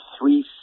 three